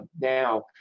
now